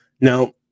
Now